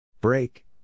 Break